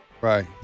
Right